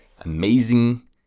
amazing